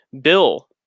Bill